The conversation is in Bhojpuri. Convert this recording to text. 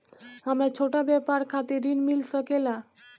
हमरा छोटा व्यापार खातिर ऋण मिल सके ला?